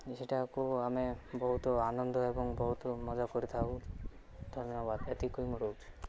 ଯେ ସେଇଟାକୁ ଆମେ ବହୁତ ଆନନ୍ଦ ଏବଂ ବହୁତ ମଜା କରିଥାଉ ଧନ୍ୟବାଦ ଏତିକି କହି ମୁଁ ରହୁଛି